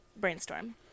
brainstorm